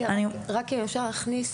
רק אם אפשר להכניס,